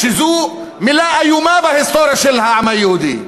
שזו מילה איומה בהיסטוריה של העם היהודי.